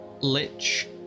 Lich